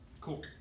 Cool